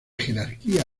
jerarquía